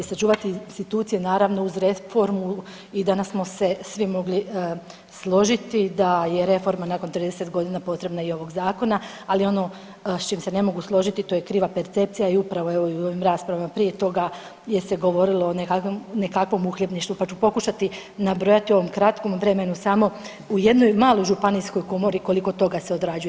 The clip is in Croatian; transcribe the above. Sačuvati institucije naravno uz reformu i danas smo se svi mogli složiti da je reforma nakon 30 godina potreba i ovog zakona, ali ono s čim se ne mogu složiti to je kriva percepcija i upravo evo i u ovim raspravama prije toga gdje se govorilo o nekakvom uhljebništvu, pa ću pokušati nabrojati u ovom kratkom vremenu samo u jednoj maloj županijskoj komori koliko toga se odrađuje.